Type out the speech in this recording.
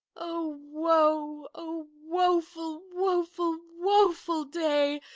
o woe! o woeful, woeful, woeful day!